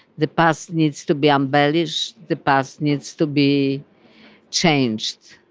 the past needs to be embellished, the past needs to be changed,